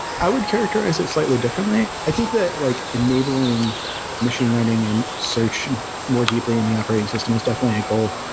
i would characterize it slightly differently. i think that like enabling machine learning and search more deeply in the operating system is definitely a goal,